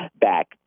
back